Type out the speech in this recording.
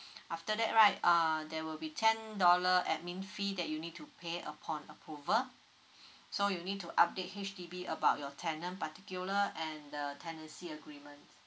after that right err there will be ten dollar admin fee that you'll need to pay upon approval so you'll need to update H_D_B about your tenant particular and the tenancy agreement